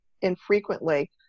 infrequently